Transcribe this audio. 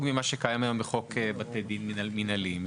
ממה שקיים היום בחוק בתי דין מינהליים.